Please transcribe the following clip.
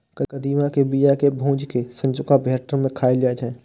कदीमा के बिया कें भूजि कें संझुका बेरहट मे खाएल जाइ छै